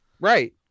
Right